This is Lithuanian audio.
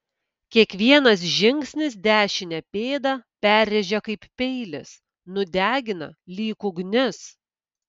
kiekvienas žingsnis dešinę pėdą perrėžia kaip peilis nudegina lyg ugnis